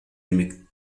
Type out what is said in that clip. aimé